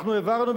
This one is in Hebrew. אנחנו העברנו,